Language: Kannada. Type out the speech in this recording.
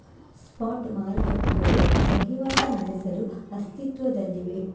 ಸ್ಪಾಟ್ ಮಾರುಕಟ್ಟೆಗಳು ವಹಿವಾಟು ನಡೆಸಲು ಅಸ್ತಿತ್ವದಲ್ಲಿವೆ